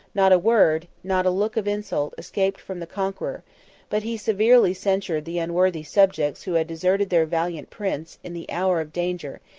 not a word, not a look, of insult escaped from the conqueror but he severely censured the unworthy subjects who had deserted their valiant prince in the hour of danger,